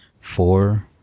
four